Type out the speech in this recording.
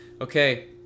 Okay